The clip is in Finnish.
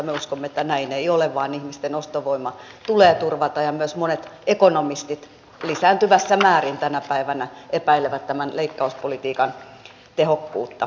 me uskomme että näin ei ole vaan ihmisten ostovoima tulee turvata ja myös monet ekonomistit lisääntyvässä määrin tänä päivänä epäilevät tämän leikkauspolitiikan tehokkuutta